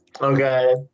Okay